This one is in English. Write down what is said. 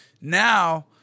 Now